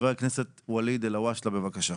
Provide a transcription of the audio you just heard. חבר הכנסת ואליד אלהואשלה, בבקשה.